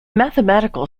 mathematical